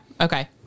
Okay